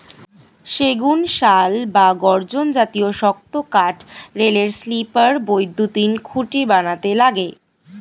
সেগুন, শাল বা গর্জন জাতীয় শক্ত কাঠ রেলের স্লিপার, বৈদ্যুতিন খুঁটি বানাতে লাগে